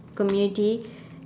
community